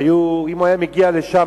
הרי אם היה מגיע לשם,